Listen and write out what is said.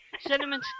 Cinnamon